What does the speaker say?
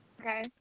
Okay